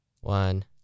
one